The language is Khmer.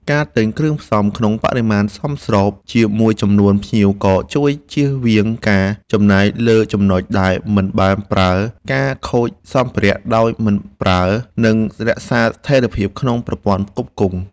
ការទិញគ្រឿងផ្សំក្នុងបរិមាណសមស្របជាមួយចំនួនភ្ញៀវក៏ជួយចៀសវាងការចំណាយលើចំណុចដែលមិនបានប្រើ ការខូចសំភារៈដោយមិនប្រើ និងរក្សាស្ថេរភាពក្នុងប្រព័ន្ធផ្គត់ផ្គង់។